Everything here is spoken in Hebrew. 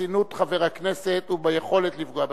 בחסינות חבר הכנסת וביכולת לפגוע בחסינותו.